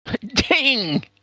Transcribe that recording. Ding